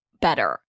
better